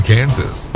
Kansas